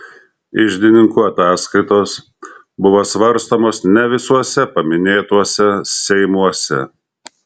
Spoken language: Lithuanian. iždininkų ataskaitos buvo svarstomos ne visuose paminėtuose seimuose